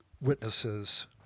witnesses